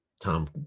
Tom